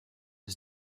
his